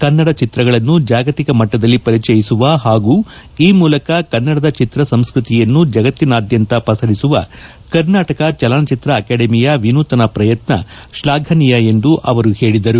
ಕನ್ನಡ ಚಿತ್ರಗಳನ್ನು ಜಾಗತಿಕ ಮಟ್ಟದಲ್ಲಿ ಪರಿಚಯಿಸುವ ಹಾಗೂ ಈ ಮೂಲಕ ಕನ್ನಡದ ಚಿತ್ರ ಸಂಸ್ಕೃತಿಯನ್ನು ಜಗತ್ತಿನಾದ್ದಂತ ಪಸರಿಸುವ ಕರ್ನಾಟಕ ಚಲನಚಿತ್ರ ಅಕಾಡೆಮಿಯ ವಿನೂತನ ಪ್ರಯತ್ನ ಶ್ಲಾಘನೀಯ ಎಂದು ಅವರು ಹೇಳದರು